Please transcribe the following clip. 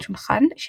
תורנית.